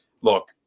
look